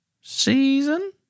season